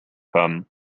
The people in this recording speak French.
femmes